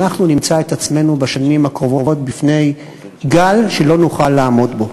אנחנו נמצא את עצמנו בשנים הקרובות בפני גל שלא נוכל לעמוד בפניו.